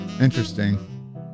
Interesting